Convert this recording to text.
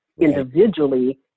individually